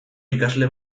ikasle